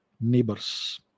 neighbors